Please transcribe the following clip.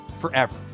forever